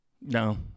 No